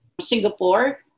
Singapore